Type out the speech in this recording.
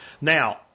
Now